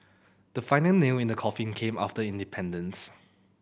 the final nail in the coffin came after independence